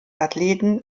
athleten